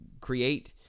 create